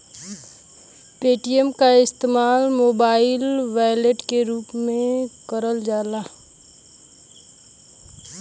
Paytm क इस्तेमाल mobile wallet के रूप में करल जाला